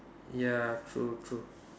ya true true